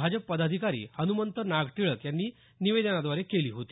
भाजप पदाधिकारी हनुमंत नागटिळक यांनी निवेदनाद्वारे केली होती